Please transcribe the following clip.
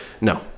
No